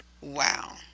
Wow